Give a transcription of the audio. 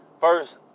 First